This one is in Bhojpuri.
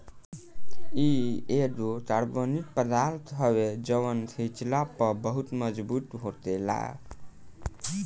इ एगो कार्बनिक पदार्थ हवे जवन खिचला पर बहुत मजबूत होखेला